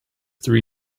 three